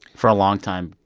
for a long time,